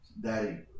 Daddy